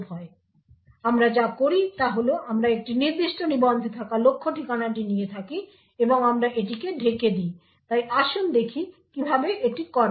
তাই আমরা যা করি তা হল আমরা একটি নির্দিষ্ট নিবন্ধে থাকা লক্ষ্য ঠিকানাটি নিয়ে থাকি এবং আমরা এটিকে ঢেকে দিই তাই আসুন দেখি কিভাবে এটি করা হয়